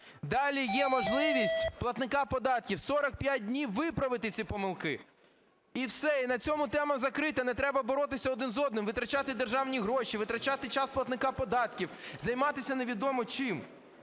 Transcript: далі є можливість платника податків 45 днів виправити ці помилки, і все, і на цьому тема закрита, не треба боротися один з одним, витрачати державні гроші, витрачати час платника податків, займатися невідомо чим.